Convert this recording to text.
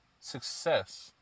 success